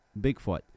Bigfoot